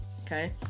Okay